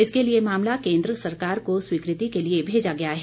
इसके लिए मामला केन्द्र सरकार को स्वीकृति के लिए भेजा गया है